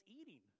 eating